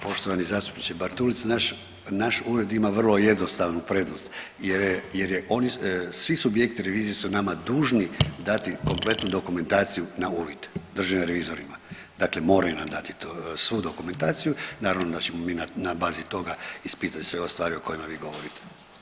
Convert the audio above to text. Poštovani zastupniče Bartulica, naš Ured ima vrlo jednostavnu prednost jer je, oni, svi subjekti revizije su nama dužni dati kompletnu dokumentaciju na uvid, državnim revizorima, dakle moraju nam dati to, svu dokumentaciju, naravno da ćemo mi na bazi toga ispitati sve ove stvari o kojima vi govorite?